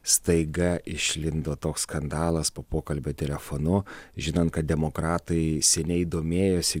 staiga išlindo toks skandalas po pokalbio telefonu žinant kad demokratai seniai domėjosi